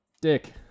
Dick